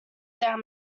down